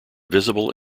visible